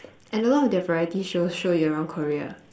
and a lot of their variety shows show you around Korea